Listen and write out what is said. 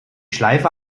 schleife